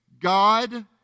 God